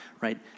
right